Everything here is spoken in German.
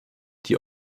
die